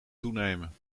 toenemen